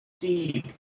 deep